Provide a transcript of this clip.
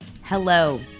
Hello